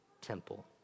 temple